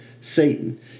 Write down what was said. Satan